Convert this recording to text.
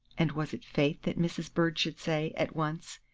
and was it fate that mrs. bird should say, at once,